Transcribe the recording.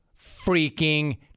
freaking